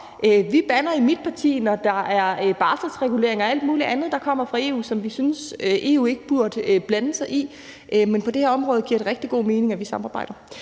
Vi bander i mit parti, når der er barselsregulering og alt muligt andet, der kommer fra EU, og som vi synes at EU ikke burde blande sig i, men på det her område giver det rigtig god mening, at vi samarbejder.